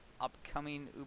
upcoming